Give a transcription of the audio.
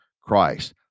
Christ